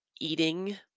eating